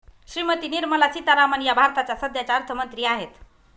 श्रीमती निर्मला सीतारामन या भारताच्या सध्याच्या अर्थमंत्री आहेत